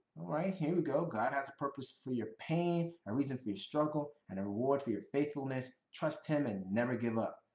alright, here we go. god has a purpose for your pain, a reason for your struggle, and a reward for your faithfulness. trust him and never give up.